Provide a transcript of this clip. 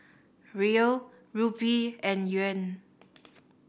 Riel Rupee and Yuan